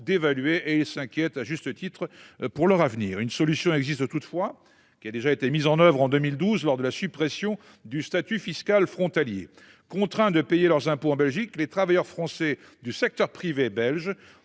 d'évaluer et s'inquiètent à juste titre pour leur avenir. Une solution existe toutefois qui a déjà été mise en oeuvre en 2012 lors de la suppression du statut fiscal frontaliers contraint de payer leurs impôts en Belgique les travailleurs français du secteur privé belge